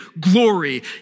glory